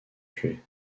tuées